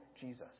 Jesus